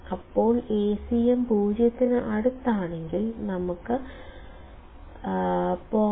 അപ്പോൾ Acm 0 ന് അടുത്താണെങ്കിൽ നമുക്ക് 0